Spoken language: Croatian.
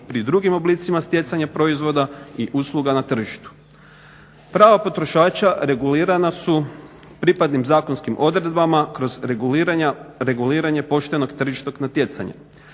pri drugim oblicima stjecanja proizvoda i usluga na tržištu. Prava potrošača regulirana su pripadnim zakonskim odredbama kroz reguliranje poštenog tržišnog natjecanja.